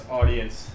audience